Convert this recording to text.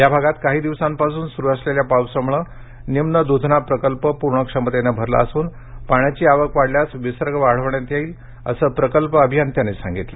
या भागात काही दिवसांपासून सुरू असलेल्या पावसामुळे निम्न दृधना प्रकल्प पूर्ण क्षमतेनं भरला असून पाण्याची आवक वाढल्यास विसर्ग वाढविण्यात येईल असं प्रकल्प अभियंत्यांनी सांगितलं